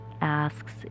asks